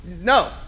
no